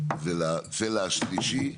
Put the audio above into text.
זה לצלע השלישית,